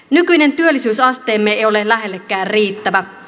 nykyinen työllisyysasteemme ei ole lähellekään riittävä